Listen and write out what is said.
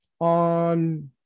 on